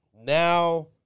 now